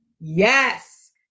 Yes